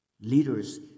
leaders